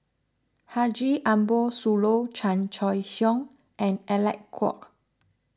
Haji Ambo Sooloh Chan Choy Siong and Alec Kuok